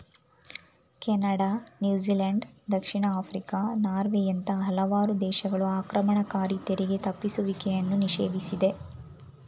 Canada, New Zealand, ದಕ್ಷಿಣ Africa, ನಾರ್ವೆಯಂತ ಹಲವಾರು ದೇಶಗಳು ಆಕ್ರಮಣಕಾರಿ ತೆರಿಗೆ ತಪ್ಪಿಸುವಿಕೆಯನ್ನು ನಿಷೇಧಿಸಿದೆ